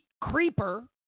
creeper